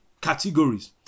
categories